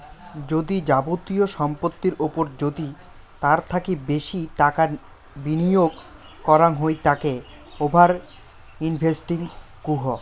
যদি যাবতীয় সম্পত্তির ওপর যদি তার থাকি বেশি টাকা বিনিয়োগ করাঙ হই তাকে ওভার ইনভেস্টিং কহু